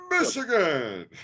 Michigan